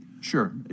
Sure